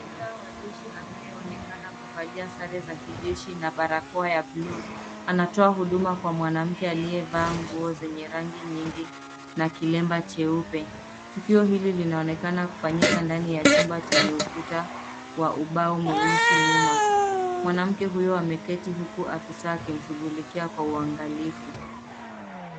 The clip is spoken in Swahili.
Afisa wa jeshi anayeonekana kuvalia sare za kijeshi na barakoa ya bluu, anatoa huduma kwa mwanamke aliyevaa nguo zenye rangi nyingi na kilemba cheupe. Tukio hili linaonekana kufanyika ndani ya chumba, chenye ukuta wa ubao mweusi nyuma. Mwanamke huyu ameketi huku afisa akimshughulikia kwa uangalifu.